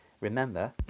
remember